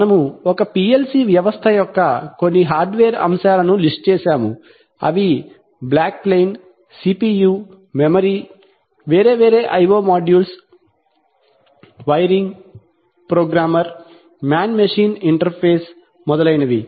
మనము ఒక PLC వ్యవస్థ యొక్క కొన్ని హార్డ్వేర్ అంశాలను లిస్ట్ చేశాము అవి బ్యాక్ప్లేన్ సిపియు మెమరీ వేరేవేరే IO modules wiring programmer man machine interface మొదలైనవి